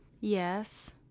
Yes